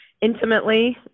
intimately